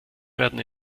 werden